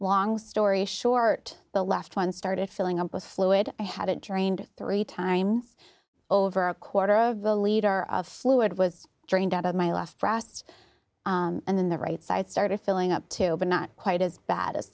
long story short the last one started filling up with fluid i had it drained three times over a quarter of the leader of fluid was drained out of my last drafts and then the right side started filling up two but not quite as bad as